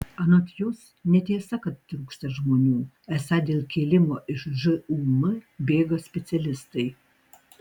anot jos netiesa kad trūksta žmonių esą dėl kėlimo iš žūm bėga specialistai